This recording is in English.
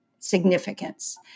significance